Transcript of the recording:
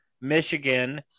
Michigan